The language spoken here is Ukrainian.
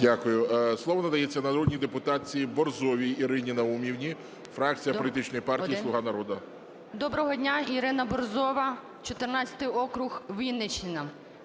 Дякую. Слово надається народній депутатці Борзовій Ірині Наумівні, фракція політичної партії "Слуга народу". 11:47:58 БОРЗОВА І.Н. Доброго дня, Ірина Борзова, 14 округ, Вінниччина.